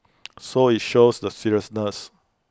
so IT shows the seriousness